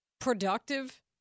productive